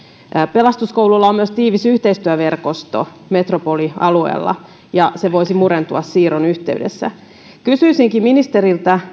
pelastuskoululla on myös tiivis yhteistyöverkosto metropolialueella ja se voisi murentua siirron yhteydessä kysyisinkin ministeriltä